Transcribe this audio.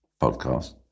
podcast